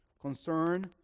concern